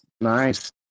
Nice